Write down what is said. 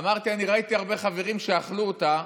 אמרתי: אני ראיתי הרבה חברים שאכלו אותה,